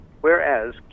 whereas